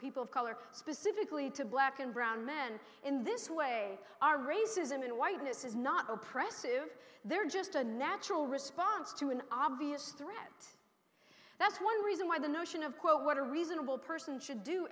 people of color specifically to black and brown men in this way are racism and whiteness is not oppressive they're just a natural response to an obvious threat that's one reason why the notion of quote what a reasonable person should do